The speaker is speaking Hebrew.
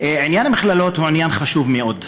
עניין המכללות הוא עניין חשוב מאוד.